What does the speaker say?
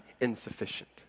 insufficient